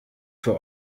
für